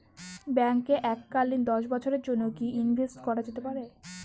ব্যাঙ্কে এককালীন দশ বছরের জন্য কি ইনভেস্ট করা যেতে পারে?